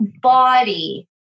body